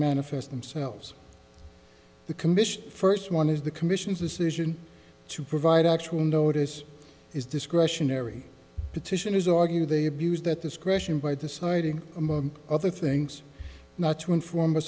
manifest themselves the commission first one is the commission's decision to provide actual notice is discretionary petitioners argue they abused that discretion by deciding among other things not to inform